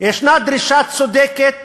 יש דרישה צודקת